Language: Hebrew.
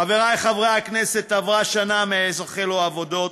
חברי חברי הכנסת, עברה שנה מאז החלו העבודות.